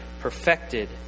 perfected